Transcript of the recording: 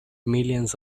millions